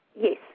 Yes